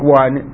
one